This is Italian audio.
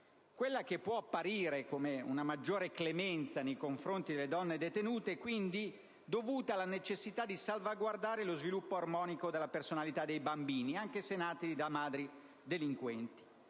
Quella che può apparire come una maggiore clemenza nei confronti delle donne detenute è quindi dovuta alla necessità di salvaguardare lo sviluppo armonico della personalità dei bambini, anche se nati da madri delinquenti.